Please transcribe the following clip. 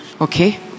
Okay